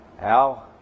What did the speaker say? Al